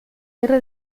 guerra